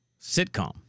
sitcom